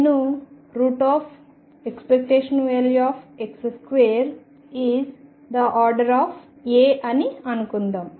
నేను ⟨x2⟩ ∼ a అని అనుకుందాం